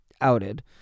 outed